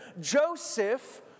Joseph